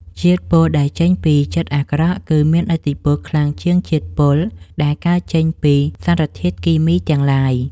ជាតិពុលដែលចេញពីចិត្តអាក្រក់គឺមានឥទ្ធិពលខ្លាំងជាងជាតិពុលដែលកើតចេញពីសារធាតុគីមីទាំងឡាយ។